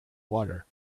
water